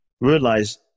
realize